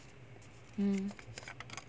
mm